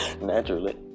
naturally